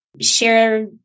share